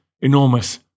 enormous